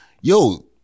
yo